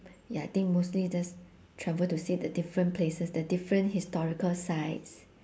ya I think mostly just travel to see the different places the different historical sites